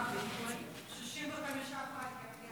65 ח"כים,